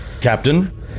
Captain